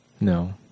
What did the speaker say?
No